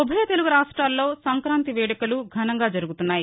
ఉభయ తెలుగు రాష్ట్రాల్లో సంక్రాంతి వేడుకలు ఘనంగా జరుగుతున్నాయి